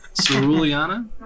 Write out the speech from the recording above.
Ceruleana